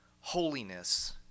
holiness